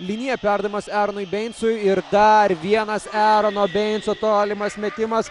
liniją perdavimas eronui beincui ir dar vienas erono beinco tolimas metimas